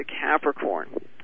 Capricorn